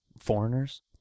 foreigners